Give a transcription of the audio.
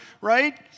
right